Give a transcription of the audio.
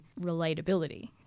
relatability